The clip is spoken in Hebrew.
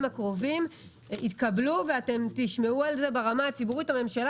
הקרובים יקבלו - ואתם תשמעו על זה ברמה הציבורית - הממשלה